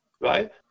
right